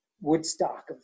Woodstock